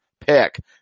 pick